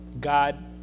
God